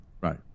right